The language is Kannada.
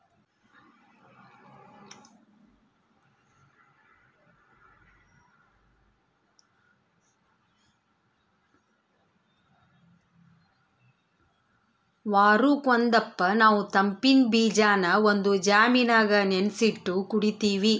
ವಾರುಕ್ ಒಂದಪ್ಪ ನಾವು ತಂಪಿನ್ ಬೀಜಾನ ಒಂದು ಜಾಮಿನಾಗ ನೆನಿಸಿಟ್ಟು ಕುಡೀತೀವಿ